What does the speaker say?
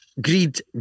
greed